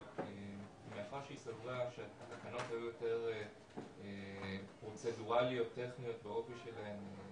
אבל מאחר שהיא סברה שהתקנות היו יותר פרוצדורליות טכניות באופי שלהן,